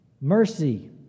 mercy